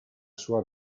sua